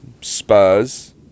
Spurs